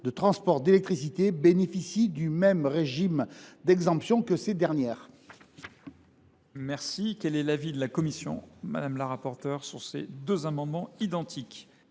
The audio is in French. de transport d’électricité, bénéficient du même régime d’exemption que ces dernières.